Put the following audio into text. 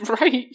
Right